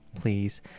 Please